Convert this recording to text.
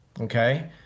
Okay